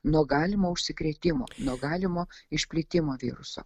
nuo galimo užsikrėtimo nuo galimo išplitimo viruso